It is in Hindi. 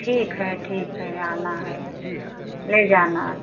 ठीक है ठीक है आला है ले जाना